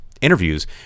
interviews